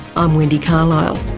i'm wendy carlisle